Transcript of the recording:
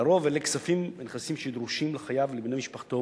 לרוב אלה כספים ונכסים שדרושים לחייב ולבני משפחתו